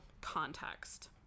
context